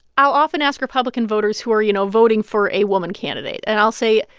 i'll often ask republican voters who are, you know, voting for a woman candidate, and i'll say,